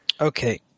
Okay